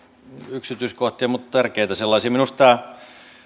yksityiskohtia mutta tärkeitä sellaisia minusta